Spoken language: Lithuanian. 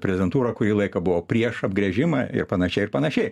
prezidentūra kurį laiką buvo prieš apgręžimą ir panašiai ir panašiai